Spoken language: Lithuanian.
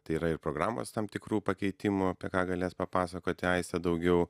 tai yra ir programos tam tikrų pakeitimų apie ką galės papasakoti aistė daugiau